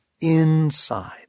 inside